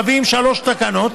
מביאים שלוש תקנות,